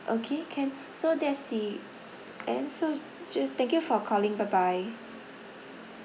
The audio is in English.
okay can so that's the end so just thank you for calling bye bye